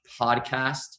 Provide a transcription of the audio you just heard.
podcast